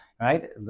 right